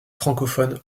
francophone